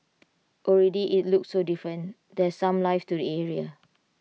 already IT looks so different there's some life to the area